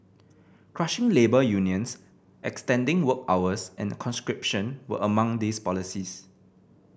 crushing labour unions extending work hours and conscription were among these policies